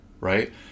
right